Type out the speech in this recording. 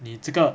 你这个